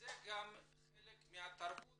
זה גם חלק מהתרבות